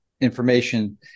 information